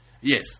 Yes